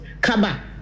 kaba